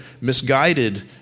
misguided